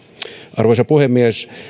arvoisa puhemies